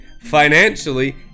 financially